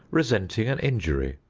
resenting an injury,